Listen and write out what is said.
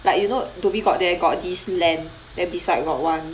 like you know dhoby ghaut there got this LAN then beside got one